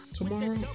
tomorrow